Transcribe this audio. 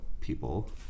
people